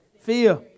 fear